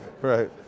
Right